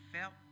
felt